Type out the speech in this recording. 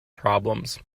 problems